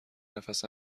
نفس